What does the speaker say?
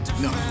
No